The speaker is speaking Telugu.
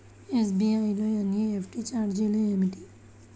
ఎస్.బీ.ఐ లో ఎన్.ఈ.ఎఫ్.టీ ఛార్జీలు ఏమిటి?